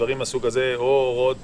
דברים מהסוג הזה או הוראות